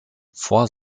vor